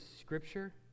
Scripture